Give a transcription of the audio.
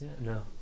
No